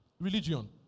Religion